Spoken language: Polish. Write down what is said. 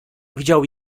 widział